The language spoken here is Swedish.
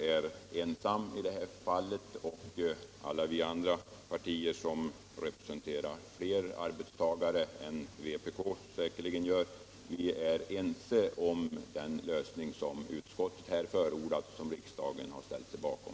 är ensamt i det här fallet och vi inom alla andra partier, som representerar så många fler arbetstagare än vpk gör, är ense om den lösning som utskottet har förordat och som riksdagen tidigare har ställt sig bakom.